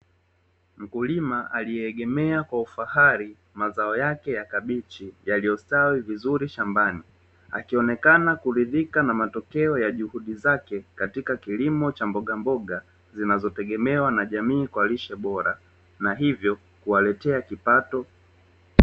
Mkulima aliyeegemea kwa ufahari mazao yake yakabichi yaliyostawi vizuri shambani, akionekana kuridhika na matokeo ya juhudi zake katika kilimo cha mbogamboga zinazotegemewa na jamii kwa lishe bora na hivyo kuwaletea kipato.